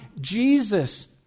Jesus